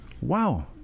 Wow